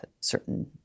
certain